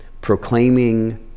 proclaiming